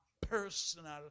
personal